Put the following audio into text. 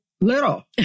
little